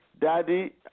Daddy